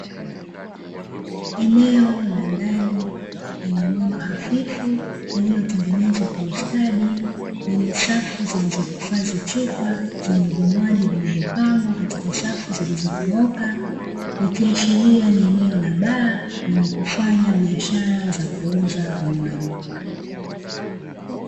Eneo la ndani lenye mwanga hafifu, lililotengenezwa kwa ustadi lenye safu zilizohifadhi chupa zenye vinywaji zilizopangwa katika safu zilizonyooka, ikiashiria ni eneo la baa lenye kufanya biashara za kuuza vinywaji.